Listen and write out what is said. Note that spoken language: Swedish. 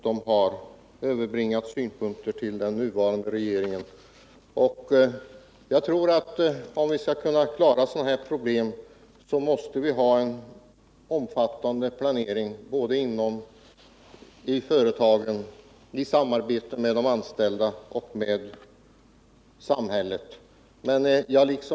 Efter Investment AB Kinneviks köp av en dominerande del av aktierna i Fagersta AB kan man förvänta att åtgärder vidtas för att samordna Fagersta AB:s och Sandvik AB:s stålrörelser. Även här kommer den rostfria produktionen att beröras.